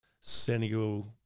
Senegal